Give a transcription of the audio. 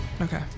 Okay